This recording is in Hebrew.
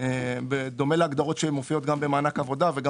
בדומה להגדרות שמופיעות גם במענק עבודה וגם